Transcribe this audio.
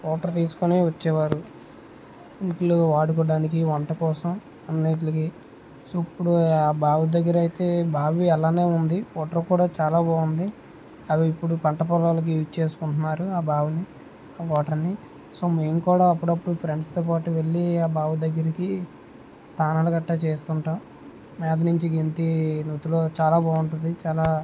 water తీసుకొని వచ్చేవారు ఇంట్లో వాడుకోవడానికి వంట కోసం అన్నిటికి సో ఇప్పుడు ఆ బావి దగ్గర అయితే బావి అలానే ఉంది వాటర్ కూడా చాలా బాగుంది అవి ఇప్పుడు పంట పొలాలకి యూజ్ చేసుకుంటున్నారు ఆ బావిని ఆ వాటర్ ని సో మేము కూడా అప్పుడప్పుడు ఫ్రెండ్స్ తో పాటు వెళ్ళి ఆ బావి దగ్గరికి స్నానాలు గట్ట చేస్తుంటాం మీది నుంచి గెంతి నూతిలో చాలా బాగుంటుంది చాలా